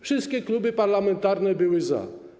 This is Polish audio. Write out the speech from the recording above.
Wszystkie kluby parlamentarne były za.